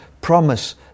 promise